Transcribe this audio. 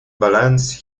balance